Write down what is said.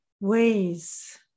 ways